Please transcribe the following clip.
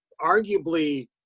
arguably